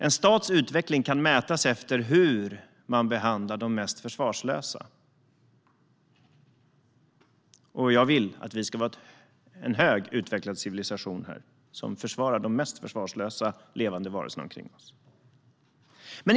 En stats utveckling kan mätas efter hur man behandlar de mest försvarslösa. Jag vill att vi ska vara en högt utvecklad civilisation som försvarar de mest försvarslösa levande varelserna.